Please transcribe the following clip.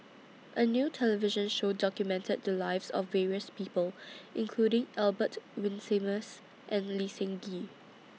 A New television Show documented The Lives of various People including Albert Winsemius and Lee Seng Gee